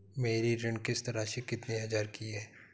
मेरी ऋण किश्त राशि कितनी हजार की है?